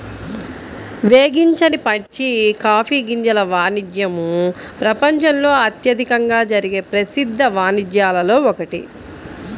వేగించని పచ్చి కాఫీ గింజల వాణిజ్యము ప్రపంచంలో అత్యధికంగా జరిగే ప్రసిద్ధ వాణిజ్యాలలో ఒకటి